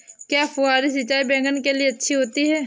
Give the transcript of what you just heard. क्या फुहारी सिंचाई बैगन के लिए अच्छी होती है?